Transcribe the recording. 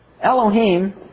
Elohim